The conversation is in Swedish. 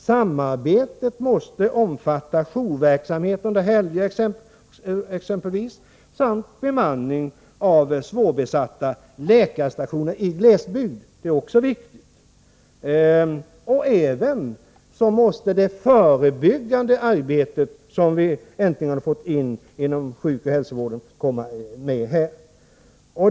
Samarbetet måste omfatta exempelvis jourverksamhet under helger samt bemanning av svårbesatta läkarstationer i glesbygd, det är också viktigt. Även det förebyggande arbetet, som vi äntligen har fått in i sjukoch hälsovården, måste komma med här.